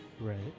Right